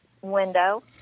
window